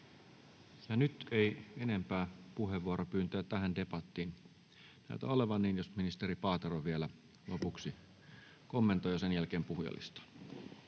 nyt ei enempää puheenvuoropyyntöjä tähän debattiin näytä olevan, niin jos ministeri Paatero vielä lopuksi kommentoi, ja sen jälkeen puhujalistaan.